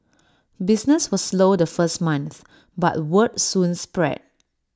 business was slow the first month but word soon spread